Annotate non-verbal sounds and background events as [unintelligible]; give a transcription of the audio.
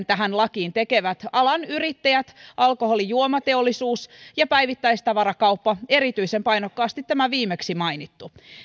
[unintelligible] tähän lakiin tekevät alan yrittäjät alkoholijuomateollisuus ja päivittäistavarakauppa erityisen painokkaasti viimeksi mainittu